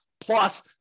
plus